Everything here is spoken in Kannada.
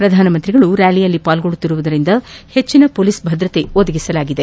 ಪ್ರಧಾನಮಂತ್ರಿಯವರು ರ್ವಾಲಿಯಲ್ಲಿ ಪಾಲ್ಗೊಳ್ಳುತ್ತಿರುವುದರಿಂದ ಹೆಚ್ಚಿನ ಮೊಲೀಸ್ ಭದ್ರತೆ ಒದಗಿಸಲಾಗಿದೆ